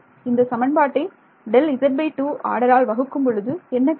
இந்த சமன்பாட்டை Δz2 ஆர்டரால் வகுக்கும்பொழுது என்ன கிடைக்கும்